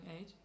age